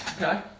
Okay